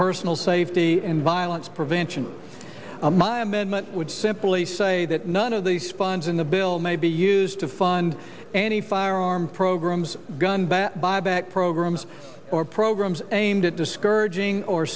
personal safety and violence prevention my amendment would simply say that none of these funds in the bill may be used to fund any firearm programs gun bat buyback programs or programs aimed at discouraging or